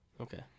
okay